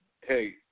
hey